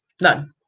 none